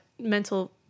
mental